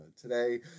today